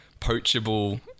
poachable